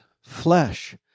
flesh